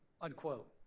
unquote